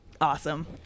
awesome